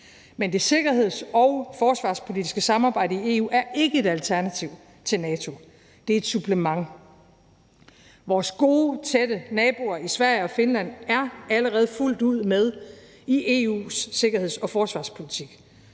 Men det sikkerheds- og forsvarspolitiske samarbejde i EU er ikke et alternativ til NATO, det er et supplement. Vores gode og tætte naboer i Sverige og Finland er allerede fuldt ud med i EU's sikkerheds- og forsvarspolitik.